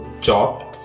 chopped